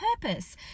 purpose